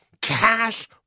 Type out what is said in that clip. cash